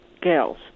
girls